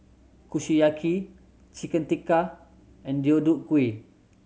Kushiyaki Chicken Tikka and Deodeok Gui